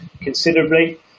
considerably